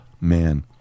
man